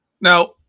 Now